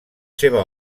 seva